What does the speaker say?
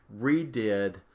redid